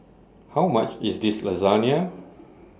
How much IS Lasagne